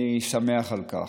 אני שמח על כך.